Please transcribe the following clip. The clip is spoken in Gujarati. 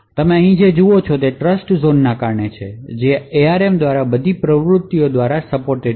તમે અહીં જે જુઓ છો તે ટ્રસ્ટઝોનને કારણે છે જે ARM દ્વારા બધી પ્રવૃત્તિઓ દ્વારા સપોર્ટેડ છે